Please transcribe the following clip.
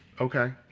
Okay